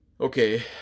Okay